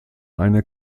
eine